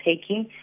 taking